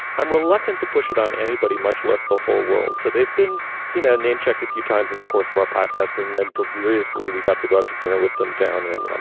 i'm reluctant to push it on anybody, much less the whole world. so they've been you know name checked a few times in the course of our podcast and then deliriously we got to go out to dinner with them down in um